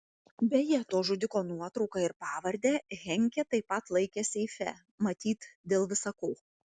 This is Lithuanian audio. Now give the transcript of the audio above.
beje to žudiko nuotrauką ir pavardę henkė taip pat laikė seife matyt dėl visa ko